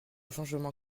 changement